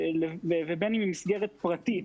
ובין אם היא מסגרת פרטית,